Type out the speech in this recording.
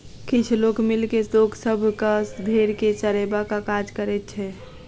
किछ लोक मिल के लोक सभक भेंड़ के चरयबाक काज करैत छै